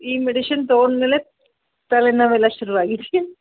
ಈ ಮೆಡಿಷನ್ ತೊಗೊಂಡ್ಮೇಲೆ ತಲೆನೋವು ಎಲ್ಲ ಶುರು ಆಗಿದೆಯಾ